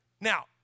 Now